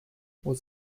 was